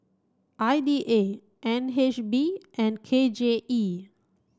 I D A N H B and K J E